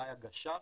אולי הגשה רק,